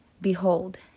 behold